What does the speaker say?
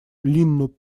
линну